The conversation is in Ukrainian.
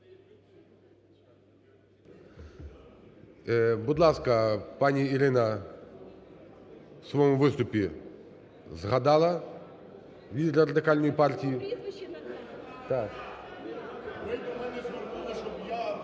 Будь ласка, пані Ірина у своєму виступі згадала лідера Радикальної партії…